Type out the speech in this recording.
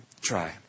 try